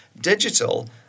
Digital